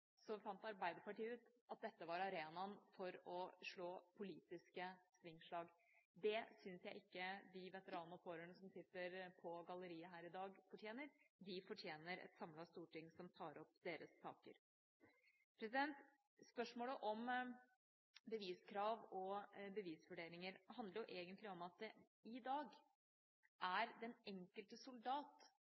fant Arbeiderpartiet ut at dette var arenaen for å slå politiske svingslag. Det syns jeg ikke de veteranene og pårørende som sitter på galleriet her i dag, fortjener. De fortjener et samlet storting som tar opp deres saker. Spørsmålet om beviskrav og bevisvurderinger handler egentlig om at det i dag er den enkelte soldat